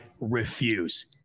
refuse